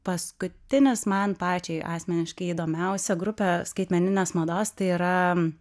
paskutinis man pačiai asmeniškai įdomiausia grupė skaitmeninės mados tai yra